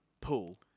Pool